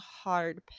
hard